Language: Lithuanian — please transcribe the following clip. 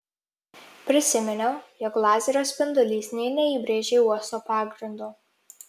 prisiminiau jog lazerio spindulys nė neįbrėžė uosto pagrindo